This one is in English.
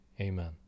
Amen